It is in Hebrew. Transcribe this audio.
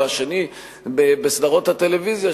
והשני בסדרות הטלוויזיה,